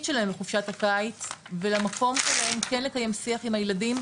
שלהם בחופשת הקיץ ולמקום שלהם כן לקיים שיח עם הילדים,